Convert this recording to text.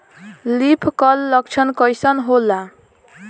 Leaf curl लक्षण कइसन होला?